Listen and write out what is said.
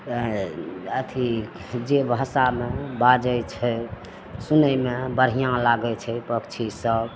अथी जे भाषामे बाजै छै सुनैमे बढ़िआँ लागै छै पक्षीसब